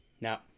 Now